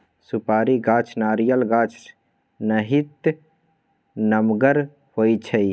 सुपारी गाछ नारियल गाछ नाहित नमगर होइ छइ